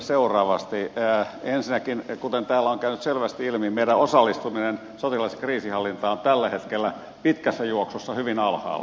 ensinnäkin kuten täällä on käynyt selvästi ilmi taso meidän osallistumisessamme sotilaskriisinhallintaan on tällä hetkellä pitkässä juoksussa hyvin alhaalla